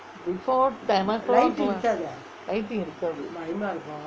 before ten o' clock lah light இருக்காது:irukaathu